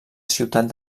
ciutat